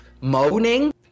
moaning